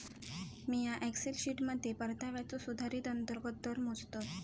मिया एक्सेल शीटमध्ये परताव्याचो सुधारित अंतर्गत दर मोजतय